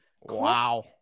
Wow